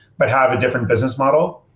but have a different business model.